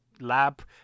lab